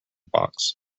box